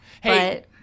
hey